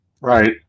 Right